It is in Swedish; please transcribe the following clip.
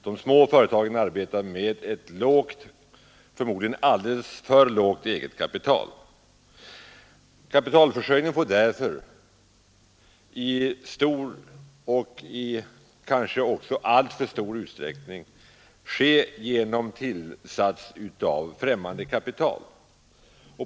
De små företagen arbetar med ett litet, förmodligen alldeles för litet eget kapital. Kapitalförsörjningen får därför i stor och kanske alltför stor utsträckning ske genom tillsats av främmande kapital.